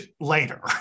later